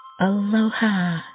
Aloha